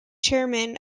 chairman